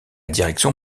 direction